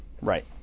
Right